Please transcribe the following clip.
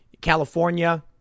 California